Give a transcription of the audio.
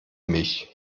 mich